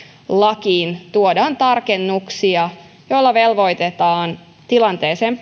lakiin tuodaan tarkennuksia joilla velvoitetaan tilanteeseen